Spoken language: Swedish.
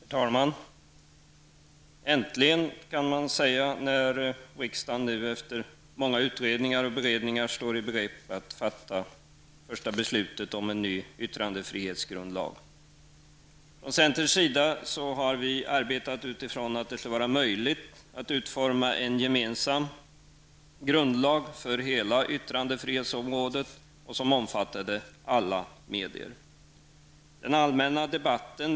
Herr talman! Äntligen, kan man säga när nu riksdagen efter många utredningar och beredningar står i begrepp att fatta det första beslutet om en ny yttrandefrihetsgrundlag. Från centerns sida har vi arbetat med utgångspunkt i att det skulle vara möjligt att utforma en gemensam grundlag för hela yttrandefrihetsområdet. Den skulle omfatta alla medier.